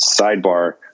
sidebar